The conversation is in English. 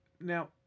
Now